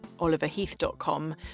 oliverheath.com